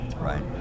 right